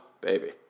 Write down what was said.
baby